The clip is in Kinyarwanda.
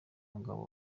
mugabo